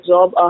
Job